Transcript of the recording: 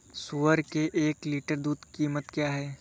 सुअर के एक लीटर दूध की कीमत क्या है?